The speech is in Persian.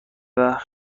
وقت